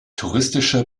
touristische